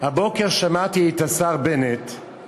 הבוקר שמעתי את השר בנט אומר